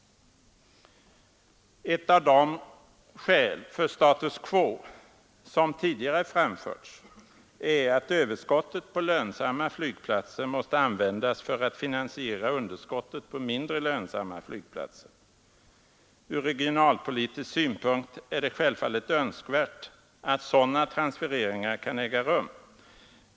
Ett av de skäl för status quo som tidigare framförts är att överskottet på lönsamma flygplatser måste användas för att finansiera underskottet på mindre lönsamma flygplatser. Från regionalpolitisk synpunkt är det självfallet önskvärt att sådana transfereringar kan äga rum.